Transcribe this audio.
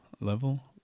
Level